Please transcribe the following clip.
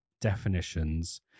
definitions